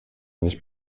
nicht